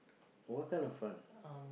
what kind of fun